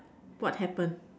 what happen